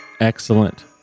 excellent